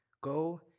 go